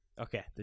okay